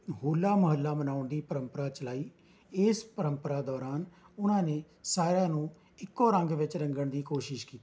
ਹੋਲਾ ਮਹੱਲਾ ਮਨਾਉਣ ਦੀ ਪਰੰਪਰਾ ਚਲਾਈ ਇਸ ਪਰੰਪਰਾ ਦੌਰਾਨ ਉਹਨਾਂ ਨੇ ਸਾਰਿਆਂ ਨੂੰ ਇੱਕੋ ਰੰਗ ਵਿੱਚ ਰੰਗਣ ਦੀ ਕੋਸ਼ਿਸ਼ ਕੀਤੀ